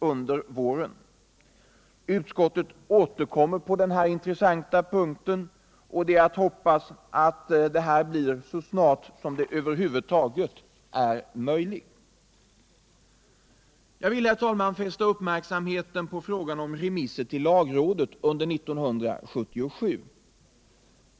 Utskottet återkommer på denna intressanta punkt, och det är att hoppas att detta blir så snart som det över huvud taget är möjligt. Jag vill fästa uppmärksamheten på frågan om remisser till lagrådet under 1977.